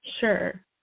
Sure